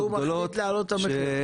וביקוש והוא מחליט להעלות את המחיר?